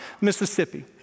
Mississippi